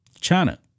China